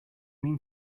mean